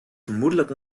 vermoedelijk